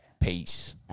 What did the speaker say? Peace